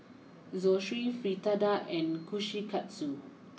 Zosui Fritada and Kushikatsu